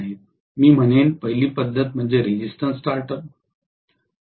मी म्हणेन पहिली पद्धत म्हणजे रेझिस्टन्स स्टार्टर